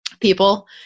people